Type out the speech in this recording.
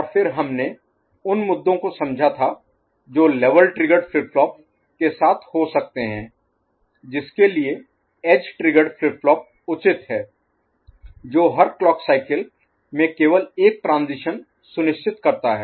और फिर हमने उन मुद्दों को समझा जो लेवल ट्रिगर्ड फ्लिप फ्लॉप के साथ हो सकते हैं जिसके लिए एज ट्रिगर्ड फ्लिप फ्लॉप उचित है जो हर क्लॉक साइकिल Clock Cycle घड़ी चक्र में केवल एक ट्रांजीशन सुनिश्चित करता है